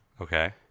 okay